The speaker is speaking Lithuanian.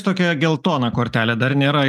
tokia geltona kortelė dar nėra